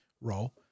role